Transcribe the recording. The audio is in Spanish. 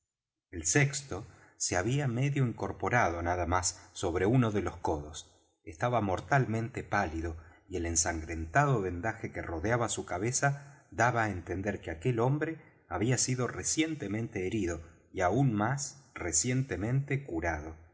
el sexto se había medio incorporado nada más sobre uno de los codos estaba mortalmente pálido y el ensangrentado vendaje que rodeaba su cabeza daba á entender que aquel hombre había sido recientemente herido y aun más recientemente curado